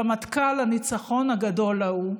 רמטכ"ל הניצחון הגדול ההוא,